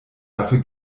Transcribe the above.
dafür